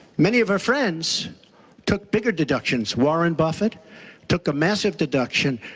many of her friends took bigger deductions. warren buffett took a massive deduction,